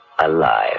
Alive